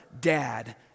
dad